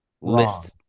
list